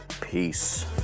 Peace